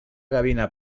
gavina